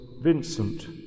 Vincent